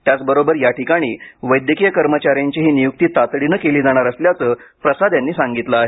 त्याचबरोबर याठिकाणी वैद्यकीय कर्मचाऱ्यांचीही नियुक्ती तातडीनं केली जाणार असल्याचं प्रसाद यांनी सांगितलं आहे